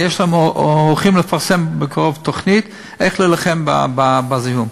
הולכים לפרסם בקרוב תוכנית איך להילחם בזיהום.